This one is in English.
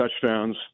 touchdowns